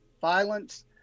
violence